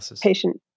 patient